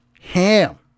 ham